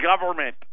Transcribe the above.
government